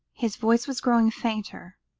his voice was growing fainter.